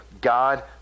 God